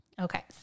Okay